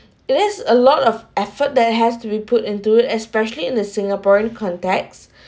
it is a lot of effort that has to be put in to it especially in the singaporean context